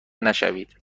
نشوید